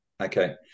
Okay